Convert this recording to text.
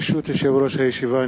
ברשות יושב-ראש הישיבה,